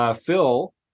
Phil